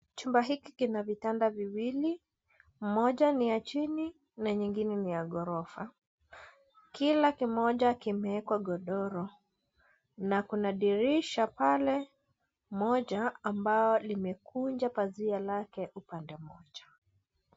Chumba hiki kina vitanda viwili. Moja ni ya chini na nyingine ni ya ghorofa. Kila kimoja kimewekwajuu godoro na kuna dirisha pale moja ambao limekunja pazia lake upande mmoja.